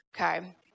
okay